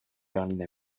berline